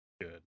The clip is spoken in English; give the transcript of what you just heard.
Good